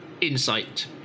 Insight